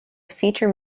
feature